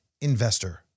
Investor